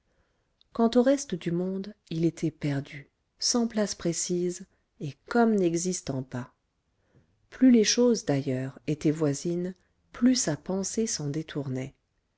quant au reste du monde il était perdu sans place précise et comme n'existant pas plus les choses d'ailleurs étaient voisines plus sa pensée s'en détournait